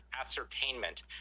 ascertainment